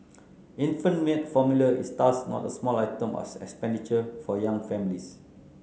infant milk formula is thus not a small item of expenditure for young families